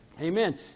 amen